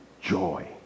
joy